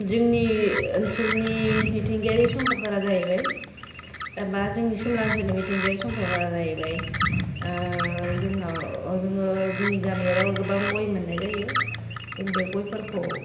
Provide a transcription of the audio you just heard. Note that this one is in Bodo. जोंनि ओनसोलनि मिथिंगायारि सम्फदफोरा जाहैबाय बा जोंनि सिमला ओनसोलनि मिथिंगायारि सम्पदफोरा जाहैबाय जोंनाव जोङो जोंनि गामियाव गोबां गय मोननाय जायो जों बे गयफोरखौ